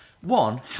one